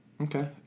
Okay